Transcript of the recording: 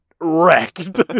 wrecked